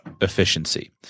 efficiency